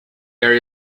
area